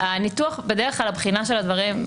בדרך כלל הבחינה של הדברים,